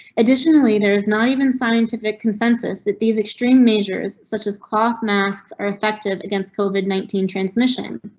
additionally, there is not even scientific consensus that these extreme measures, such as cloth masks, are effective against covid nineteen transmission.